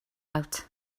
out